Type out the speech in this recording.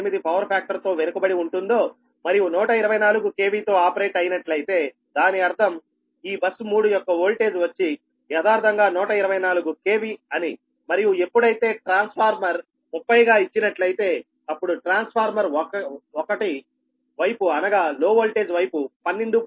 8 power factor తో వెనుకబడి ఉంటుందో మరియు 124 KV తో ఆపరేట్ అయినట్లయితే దాని అర్థం ఈ బస్ 3 యొక్క ఓల్టేజ్ వచ్చి యదార్ధంగా 124 KV అని మరియు ఎప్పుడైతే ట్రాన్స్ఫార్మర్ 30 గా ఇచ్చినట్లయితే అప్పుడు ట్రాన్స్ఫార్మర్ 1 వైపు అనగా లో ఓల్టేజ్ వైపు 12